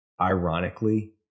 ironically